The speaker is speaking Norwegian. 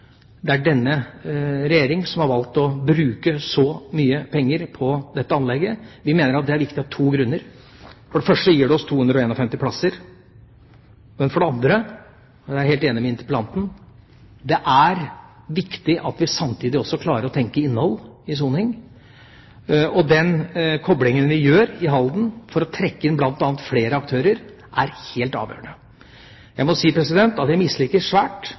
Det er denne regjeringa som har valgt å bruke så mye penger på dette anlegget. Vi mener det er viktig av to grunner: For det første gir det oss 251 plasser. For det andre – og jeg er helt enig med interpellanten – er det viktig at vi samtidig også klarer å tenke innhold i soningen. Den koblingen vi gjør i Halden, ved å trekke inn bl.a. flere aktører, er helt avgjørende. Jeg må si at jeg misliker svært